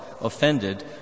offended